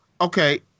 okay